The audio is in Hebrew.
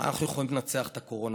אנחנו יכולים לנצח את הקורונה.